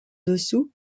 dessous